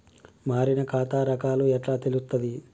మారిన ఖాతా రకాలు ఎట్లా తెలుత్తది?